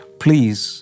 please